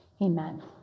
amen